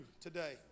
today